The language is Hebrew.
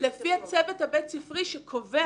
לפי הצוות הבית ספרי שקובע.